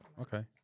Okay